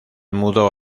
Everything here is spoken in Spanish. mudó